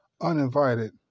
uninvited